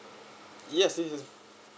yes this is